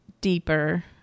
deeper